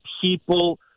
people